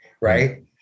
right